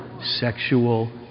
Sexual